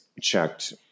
checked